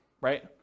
right